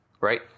right